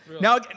now